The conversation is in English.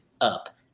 up